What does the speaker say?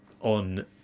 on